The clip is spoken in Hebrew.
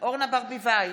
אורנה ברביבאי,